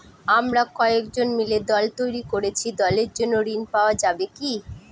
আমরা কয়েকজন মিলে দল তৈরি করেছি দলের জন্য ঋণ পাওয়া যাবে কি?